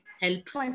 helps